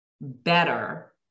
better